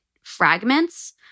fragments